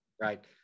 Right